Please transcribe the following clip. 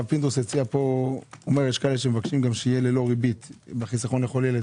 הרב פינדרוס אמר שיש כאלה שרוצים ללא ריבית בחיסכון ללא ילד.